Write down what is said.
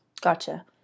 Gotcha